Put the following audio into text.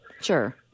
Sure